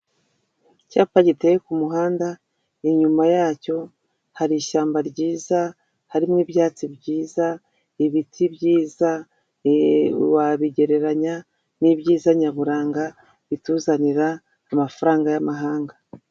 Icyapa giteye ku muhanda inyuma yacyo hari ishyamba ryiza, harimo ibyatsi byiza, ibiti byiza, wabigereranya n'ibyiza nyaburanga bituzanira amafaranga y'amahanga.